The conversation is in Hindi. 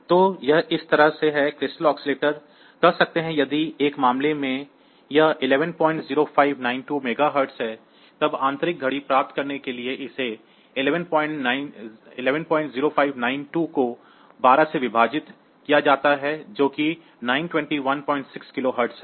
तो यह इस तरह है कि क्रिस्टल ऑसिलेटर कह सकते हैं यदि एक मामले में यह 110592 मेगा हर्ट्ज है तब आंतरिक घड़ी प्राप्त करने के लिए इसे 110592 को 12 से विभाजित किया जाता है जो कि 9216 किलो हर्ट्ज है